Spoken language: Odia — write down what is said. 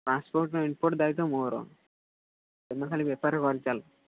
ପାର୍ସପୋର୍ଟର ଇନ୍ପୁଟ୍ ଦାୟିତ୍ୱ ମୋର ତମେ ଖାଲି ବେପାର କରିଚାଲ